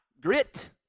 grit